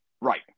Right